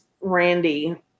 Randy